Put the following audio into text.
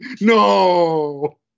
No